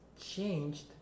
changed